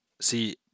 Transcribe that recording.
See